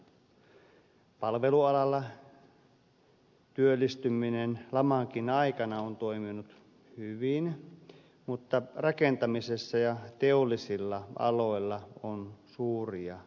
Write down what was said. palvelualalla työllistyminen lamankin aikana on toiminut hyvin mutta rakentamisessa ja teollisilla aloilla on suuria ongelmia